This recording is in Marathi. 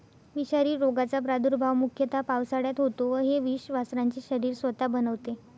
विषारी रोगाचा प्रादुर्भाव मुख्यतः पावसाळ्यात होतो व हे विष वासरांचे शरीर स्वतः बनवते